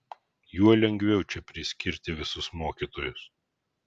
juo lengviau čia priskirti visus mokytojus